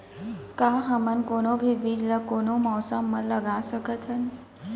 का हमन कोनो भी बीज ला कोनो मौसम म लगा सकथन?